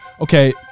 Okay